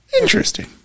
Interesting